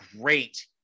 great